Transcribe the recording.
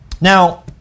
Now